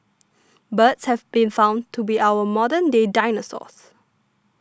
birds have been found to be our modern day dinosaurs